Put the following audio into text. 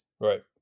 Right